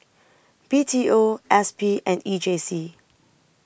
B T O S P and E J C